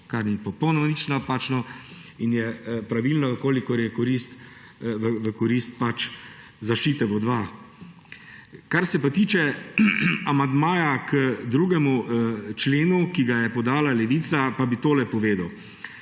kar ni popolnoma nič napačno in je pravilno, če je v korist zaščite voda. Kar se pa tiče amandmaja k 2. členu, ki ga je podala Levica, pa bi tole povedal.